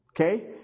Okay